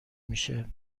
میشه